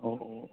अह